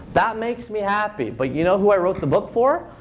that makes me happy. but you know who i wrote the book for?